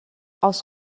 aus